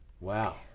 Wow